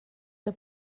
der